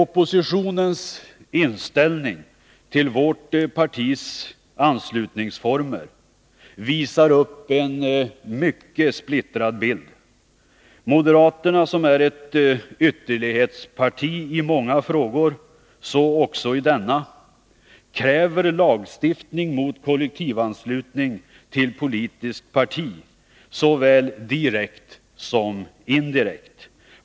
Oppositionens inställning till vårt partis anslutningsformer visar upp en mycket splittrad bild. Moderaterna, som är ett ytterlighetsparti i många frågor — så också i denna — kräver lagstiftning mot kollektivanslutning till politiskt parti såväl direkt som indirekt.